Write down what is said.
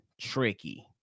tricky